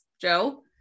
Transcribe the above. Joe